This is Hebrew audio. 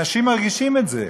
אנשים מרגישים את זה.